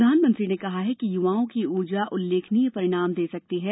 प्रधानमंत्री ने कहा कि युवाओं की ऊर्जा उल्लेखनीय परिणाम दे सकते हैं